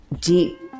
deep